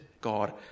God